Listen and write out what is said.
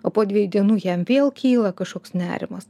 o po dviejų dienų jam vėl kyla kažkoks nerimas